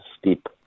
steep